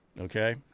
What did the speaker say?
okay